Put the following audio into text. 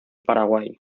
paraguay